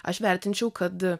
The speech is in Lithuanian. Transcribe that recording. aš vertinčiau kad